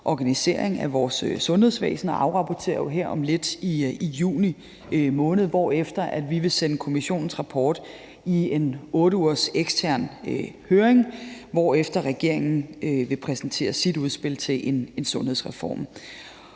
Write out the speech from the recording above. organisering af vores sundhedsvæsen og afrapporterer her om lidt i juni måned, hvorefter vi vil sende kommissionens rapport i en 8-ugers ekstern høring, hvorefter regeringen vil præsentere sit udspil til en sundhedsreform.